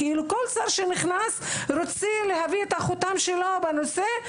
כל שר שנכנס רוצה להטביע את החותם שלו בנושא.